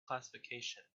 classification